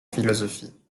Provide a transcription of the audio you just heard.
philosophie